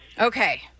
Okay